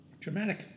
Dramatic